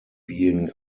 being